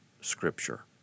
Scripture